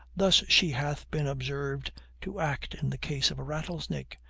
thus she hath been observed to act in the case of a rattlesnake,